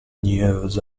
news